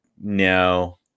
no